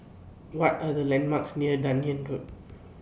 What Are The landmarks near Dunearn Road